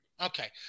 Okay